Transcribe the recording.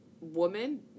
woman